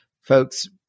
folks